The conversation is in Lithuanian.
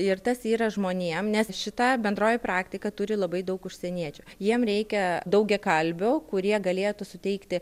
ir tas yra žmonėm nes šita bendroji praktika turi labai daug užsieniečių jiem reikia daugiakalbių kurie galėtų suteikti